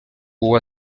uwo